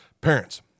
Parents